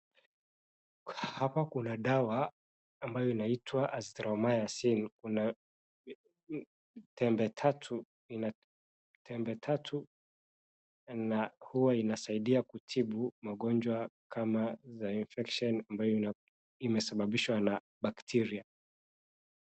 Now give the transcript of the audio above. Hapa kuna dawa ambayo inaitwa Azithromycine kuna tembe tatu na huwa inasaidia kutibu magonjwa kama za infection ambayo imesababishwa na bacteria .